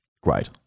Great